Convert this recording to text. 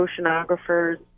oceanographers